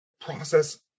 process